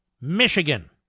Michigan